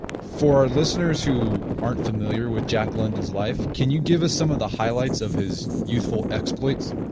for listeners who aren't familiar with jack london's life, can you give us some of the highlights of his useful exploits?